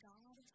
God